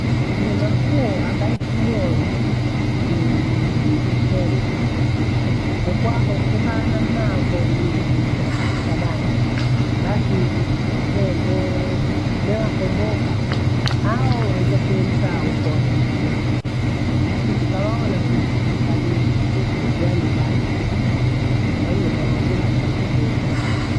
Mnyama mkuu ambaye simuona nii itembo. Lukwaho nkekaa na mmaa akho ndingi uko kwaseka dangu. Basi i- i- itemboo newakomboka ao waita sehemu zao uko wainichiyako. Basi tutawaona sichi tamiuka teingia nyumbani tefikha. Kwahiyo utalaumiwa sana tembo.